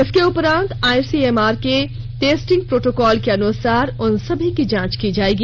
इसके उपरांत आईसीएमआर के टेस्टिंग प्रोटोकॉल के अनुसार उन सभी की जांच की जाएगी